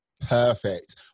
Perfect